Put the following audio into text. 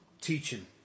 teaching